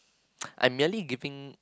I'm merely giving